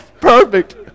Perfect